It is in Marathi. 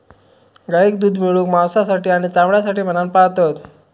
गाईक दूध मिळवूक, मांसासाठी आणि चामड्यासाठी म्हणान पाळतत